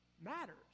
matters